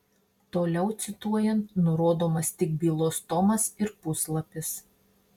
toliau cituojant nurodomas tik bylos tomas ir puslapis